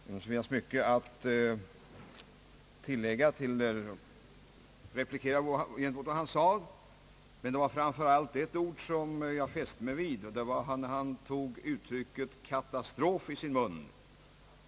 Det finns annars mycket att replikera med anledning av vad han här sade, men det är framför allt ett ord som jag fäste mig vid och det var när han tog uttrycket »katastrof» i sin mun.